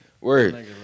Word